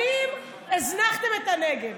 שנים הזנחתם את הנגב.